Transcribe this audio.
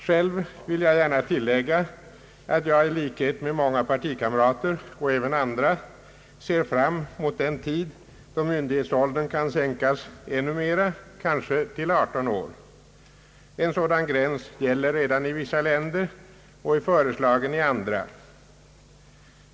Själv vill jag gärna tillägga att jag i likhet med många partikamrater och även andra ser fram mot den tid då mvyndighetsåldern kan sänkas ännu mer, kanske till 18 år. En sådan gräns gäller redan i vissa länder och är föreslagen i andra.